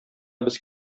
без